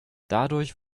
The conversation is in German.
dadurch